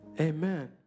amen